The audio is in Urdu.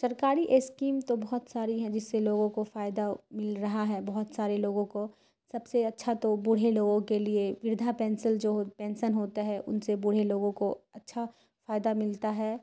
سرکاری اسکیم تو بہت ساری ہیں جس سے لوگوں کو فائدہ مل رہا ہے بہت سارے لوگوں کو سب سے اچھا تو بوڑھے لوگوں کے لیے وردھا پینشن جو پینشن ہوتا ہے ان سے بوڑھے لوگوں کو اچھا فائدہ ملتا ہے